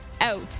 out